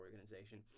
organization